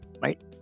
Right